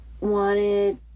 wanted